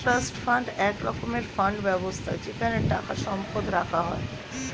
trust fund এক রকমের fund ব্যবস্থা যেখানে টাকা সম্পদ রাখা হয়